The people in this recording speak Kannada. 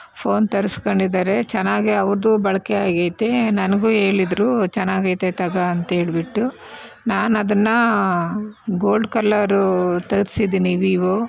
ಫೋನ್ ತರ್ಸ್ಕೊಂಡಿದ್ದಾರೆ ಚೆನ್ನಾಗಿ ಅವ್ರದ್ದು ಬಳಕೆಯಾಗೈತೆ ನನಗೂ ಹೇಳಿದ್ರು ಚೆನ್ನಾಗೈತೆ ತಗೋ ಅಂತ ಹೇಳ್ಬಿಟ್ಟು ನಾನು ಅದನ್ನು ಗೋಲ್ಡ್ ಕಲ್ಲರು ತರ್ಸಿದ್ದೀನಿ ವಿವೋ